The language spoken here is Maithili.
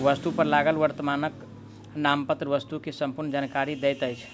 वस्तु पर लागल वर्णनात्मक नामपत्र वस्तु के संपूर्ण जानकारी दैत अछि